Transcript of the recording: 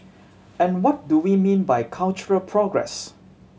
and what do we mean by cultural progress